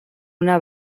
una